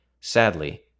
Sadly